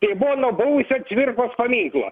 tai buvo nuo buvusio cvirkos paminklo